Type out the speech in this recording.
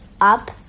up